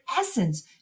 essence